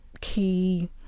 key